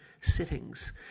sittings